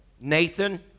Nathan